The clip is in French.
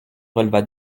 releva